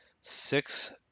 six